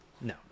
No